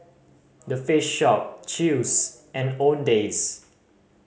The Face Shop Chew's and Owndays